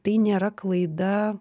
tai nėra klaida